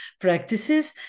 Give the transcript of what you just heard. practices